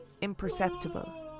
imperceptible